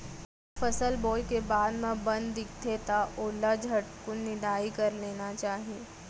फसल बोए के बाद म बन दिखथे त ओला झटकुन निंदाई कर लेना चाही